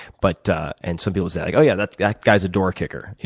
but and some people say like yeah, that yeah guy's a door kicker,